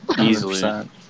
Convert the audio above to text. easily